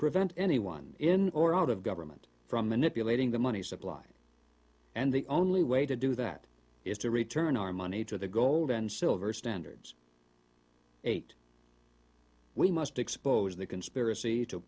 prevent anyone in or out of government from manipulating the money supply and the only way to do that is to return our money to the gold and silver standards eight we must expose the conspiracy to